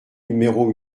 numéro